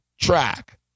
track